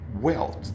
wealth